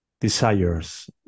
desires